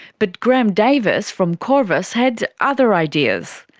but graham davis from qorvis had other ideas.